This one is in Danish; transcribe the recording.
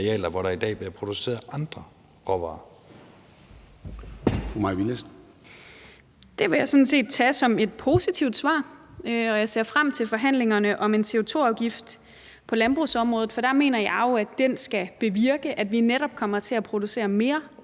Kl. 13:48 Mai Villadsen (EL): Det vil jeg sådan set tage som et positivt svar, og jeg ser frem til forhandlingerne om en CO2-afgift på landbrugsområdet, for der mener jeg jo, at den skal bevirke, at vi netop kommer til at producere mere